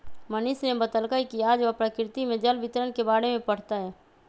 मनीष ने बतल कई कि आज वह प्रकृति में जल वितरण के बारे में पढ़ तय